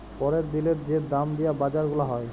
প্যরের দিলের যে দাম দিয়া বাজার গুলা হ্যয়